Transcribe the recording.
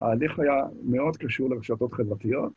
‫ההליך היה מאוד קשור ‫לרשתות חברתיות.